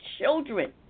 children